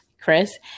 Chris